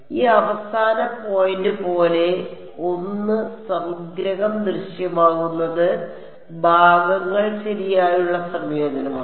ഈ അവസാന പോയിന്റ് പോലെ I സംഗ്രഹം ദൃശ്യമാകുന്നത് ഭാഗങ്ങൾ ശരിയായുള്ള സംയോജനമാണ്